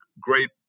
great